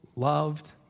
loved